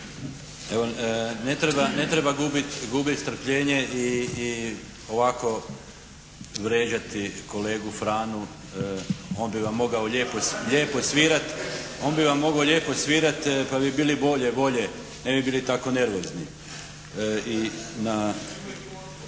Ne treba gubiti strpljenje i ovako vrijeđati kolegu Franu. On bi vam mogao lijepo svirati pa bi bili bolje volje, ne bi bili tako nervozni. I na,